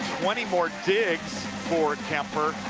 twenty more digs for kuemper.